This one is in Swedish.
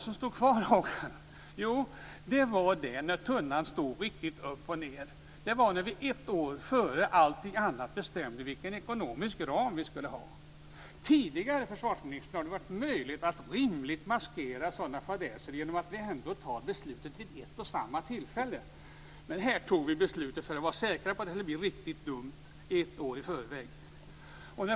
Jo, det var när tunnan stod riktigt upp och ned. Det var när vi ett år före allting annat bestämde vilken ekonomisk ram vi skulle ha. Tidigare har det varit möjligt att rimligt maskera sådana fadäser genom att vi har fattat beslutet vid ett och samma tillfälle. Men här tog vi beslutet ett år i förväg - för att vara säkra på att det skulle bli riktigt dumt.